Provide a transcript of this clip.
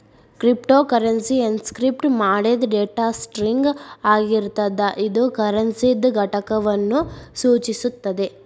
cryptocurrency encrypt ಮಾಡಿದ್ data string ಆಗಿರ್ತದ ಇದು ಕರೆನ್ಸಿದ್ ಘಟಕವನ್ನು ಸೂಚಿಸುತ್ತದೆ